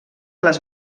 les